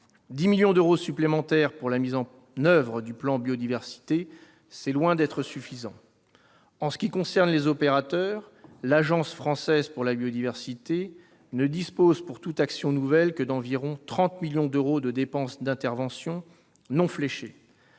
10 millions d'euros supplémentaires pour la mise en oeuvre du plan Biodiversité, c'est loin d'être suffisant ! En ce qui concerne les opérateurs, l'Agence française pour la biodiversité ne dispose, pour toute action nouvelle, que d'environ 30 millions d'euros de dépenses d'intervention non « fléchées